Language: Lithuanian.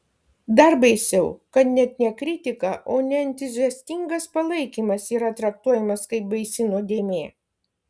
dar baisiau kad net ne kritika o neentuziastingas palaikymas yra traktuojamas kaip baisi nuodėmė